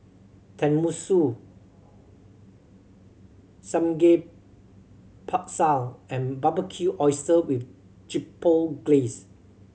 Tenmusu Samgeyopsal and Barbecued Oyster with Chipotle Glaze